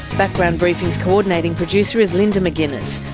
background briefing's coordinating producer is linda mcginness,